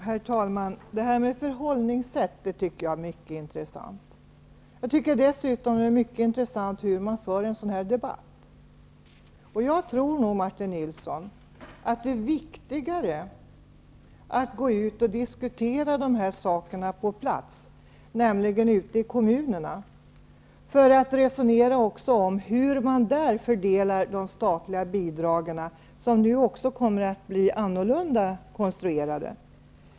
Herr talman! Detta med förhållningssätt tycker jag är mycket intressant. Dessutom är det intressant hur man för en sådan här debatt. Jag tror nog, Martin Nilsson, att det är viktigare att gå ut och diskutera dessa saker på plats, ute i kommunerna, för att också resonera om hur kommunerna fördelar de statliga bidragen. De statliga bidragen kommer ju att bli annorlunda konstruerade nu.